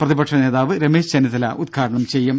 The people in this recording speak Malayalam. പ്രതിപക്ഷ നേതാവ് രമേശ് ചെന്നിത്തല ഉദ്ഘാടനം ചെയ്യും